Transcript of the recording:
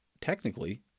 technically